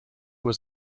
was